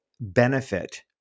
benefit